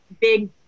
big